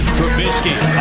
Trubisky